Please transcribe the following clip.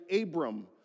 Abram